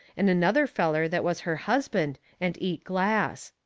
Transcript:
and another feller that was her husband and eat glass.